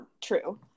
true